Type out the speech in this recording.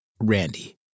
Randy